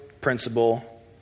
principle